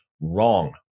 Wrong